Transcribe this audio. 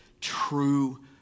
true